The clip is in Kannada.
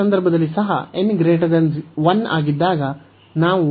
n 1 ಆಗಿದ್ದಾಗ ಈ ಸಂದರ್ಭದಲ್ಲಿ ಸಹ